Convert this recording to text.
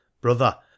Brother